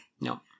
No